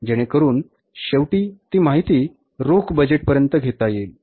जेणेकरून शेवटी ती माहिती रोख बजेटपर्यंत घेता येईल